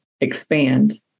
expand